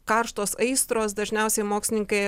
karštos aistros dažniausiai mokslininkai